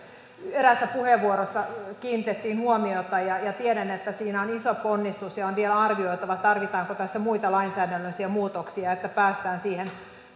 eräässä puheenvuorossa kiinnitettiin huomiota tiedän että siinä on iso ponnistus ja on vielä arvioitava tarvitaanko tässä muita lainsäädännöllisiä muutoksia että päästään siihen